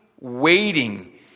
waiting